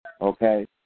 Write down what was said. Okay